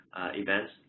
events